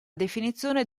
definizione